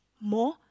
more